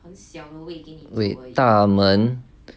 wait 大门